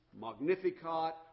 Magnificat